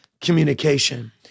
communication